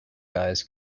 guys